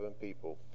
people